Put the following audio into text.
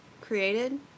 created